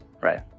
right